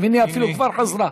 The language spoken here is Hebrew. הינה, היא כבר חזרה.